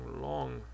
long